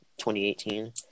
2018